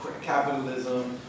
capitalism